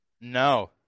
No